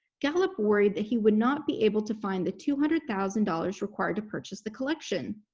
gallop worried that he would not be able to find the two hundred thousand dollars required to purchase the collection.